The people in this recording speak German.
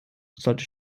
sollte